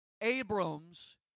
Abram's